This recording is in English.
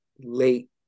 late